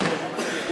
התשע"ד 2013,